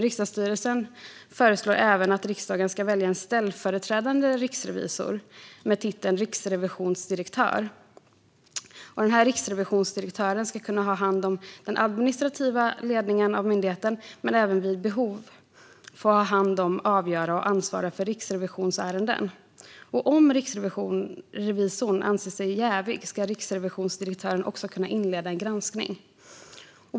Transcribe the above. Riksdagsstyrelsen föreslår även att riksdagen ska välja en ställföreträdande riksrevisor med titeln riksrevisionsdirektör. Riksrevisionsdirektören ska kunna ha hand den administrativa ledningen av myndigheten men även vid behov få ha hand om, avgöra och ansvara för riksrevisionsärenden. Om riksrevisorn anser sig jävig ska riksrevisionsdirektören också kunna inleda en granskning.